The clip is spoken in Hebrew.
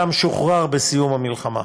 ושם שוחרר בסיום המלחמה.